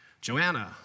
Joanna